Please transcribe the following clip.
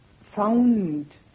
found